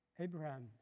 Abraham